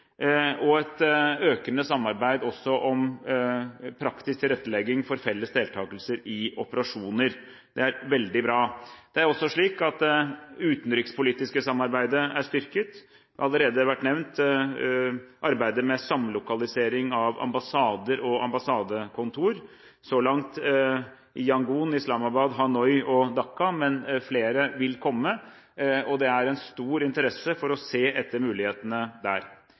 og et økende samarbeid om praktisk tilrettelegging for felles deltakelse i operasjoner. Det er veldig bra. Det utenrikspolitiske samarbeidet er styrket. Allerede har det vært nevnt arbeidet med samlokalisering av ambassader og ambassadekontor – så langt i Yangon, Islamabad, Hanoi og Dhaka, men flere vil komme. Det er stor interesse for å se etter mulighetene der.